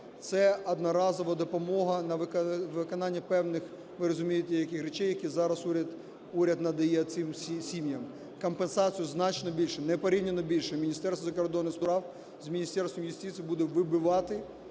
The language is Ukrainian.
Це одноразова допомога на виконання певних, ви розумієте, яких речей, які зараз уряд надає цим сім'ям. Компенсацію значно більше, непорівняно більшу, Міністерство закордонних справ з Міністерством юстиції буде вибивати